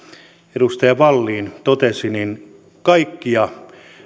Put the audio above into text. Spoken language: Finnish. edustaja wallin totesi kaikkia